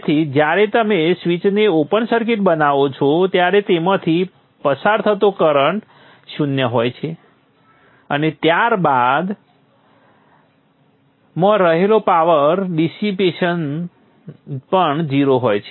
તેથી જ્યારે તમે સ્વીચને ઓપન સર્કિટ બનાવો છો ત્યારે તેમાંથી પસાર થતો કરંટ શૂન્ય હોય છે અને ત્યાર બાદ સંદર્ભ સ્લાઇડ સમય 0701 માં રહેલો પાવર ડિસીપેશન પણ 0 હોય છે